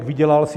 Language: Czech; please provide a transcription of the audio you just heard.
Vydělal si.